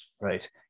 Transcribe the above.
Right